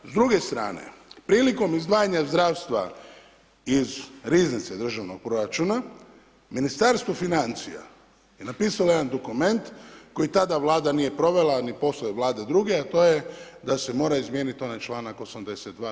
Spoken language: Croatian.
S druge strane, prilikom izdvajanja zdravstva iz riznice državnog proračuna, Ministarstvo financija je napisalo jedan dokument koji tada Vlada nije provela, a ni poslove Vlade druge, a to je da se mora izmijeniti onaj čl. 82.